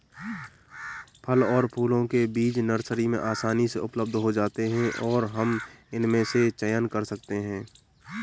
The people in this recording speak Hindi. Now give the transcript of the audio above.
फल और फूलों के बीज नर्सरी में आसानी से उपलब्ध हो जाते हैं और हम इनमें से चयन कर सकते हैं